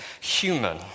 human